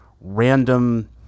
random